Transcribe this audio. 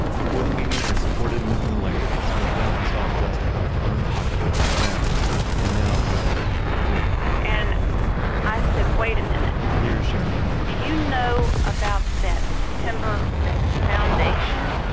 before the meeting, i supported moving the lighthouse, but then i saw just how unpopular that was and now i don't think i can do it. and i said, wait a minute. here is cheryl do you know about that timber that's the foundation,